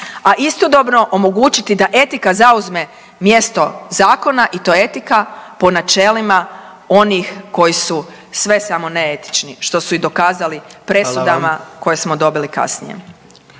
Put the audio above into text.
a istodobno omogućiti da etika zauzme mjesto zakona i to etika po načelima onih koji su sve samo ne etični što su i dokazali presudama koje smo dobili kasnije.